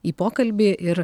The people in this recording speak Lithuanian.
į pokalbį ir